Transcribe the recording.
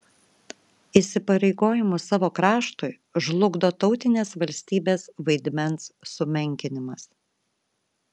įsipareigojimus savo kraštui žlugdo tautinės valstybės vaidmens sumenkinimas